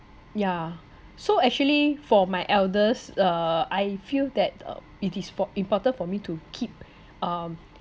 ya so actually for my eldest uh I feel that uh it is for important for me to keep um